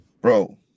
bro